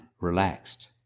relaxed